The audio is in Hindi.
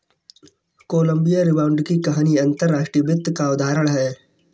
कोलंबिया रिबाउंड की कहानी अंतर्राष्ट्रीय वित्त का उदाहरण है